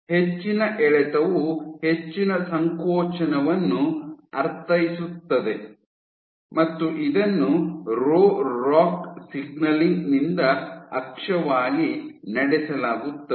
ಹೆಚ್ಚಿನ ಎಳೆತವು ಹೆಚ್ಚಿನ ಸಂಕೋಚನವನ್ನು ಅರ್ಥೈಸುತ್ತದೆ ಮತ್ತು ಇದನ್ನು ರೋ ರಾಕ್ ಸಿಗ್ನಲಿಂಗ್ ನಿಂದ ಅಕ್ಷವಾಗಿ ನಡೆಸಲಾಗುತ್ತದೆ